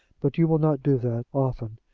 but you will not do that often,